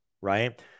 right